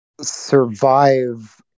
survive